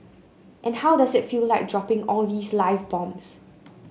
and how does it feel like dropping all these live bombs